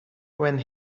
when